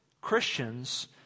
Christians